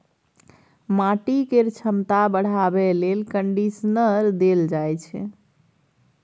माटि केर छमता बढ़ाबे लेल कंडीशनर देल जाइ छै